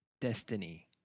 Destiny